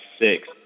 six